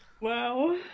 Wow